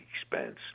expense